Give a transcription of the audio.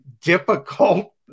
difficult